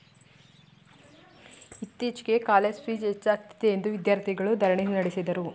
ಇತ್ತೀಚೆಗೆ college fees ಹೆಚ್ಚಾಗಿದೆಯೆಂದು ವಿದ್ಯಾರ್ಥಿಗಳು ಧರಣಿ ನಡೆಸಿದರು